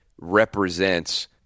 represents